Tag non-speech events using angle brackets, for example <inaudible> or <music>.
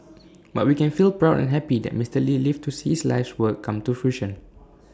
<noise> but we can feel proud and happy that Mister lee lived to see his life's work come to fruition